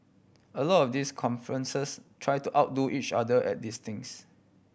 a lot of these conferences try to outdo each other at these things